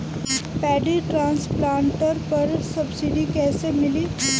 Paddy transplanter पर subsidy कैसे मिली?